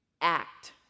act